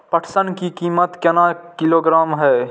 पटसन की कीमत केना किलोग्राम हय?